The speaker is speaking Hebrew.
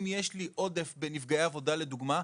אם יש לי עודף בנפגעי עבודה לדוגמה,